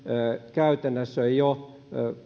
käytännössä jo